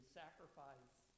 sacrifice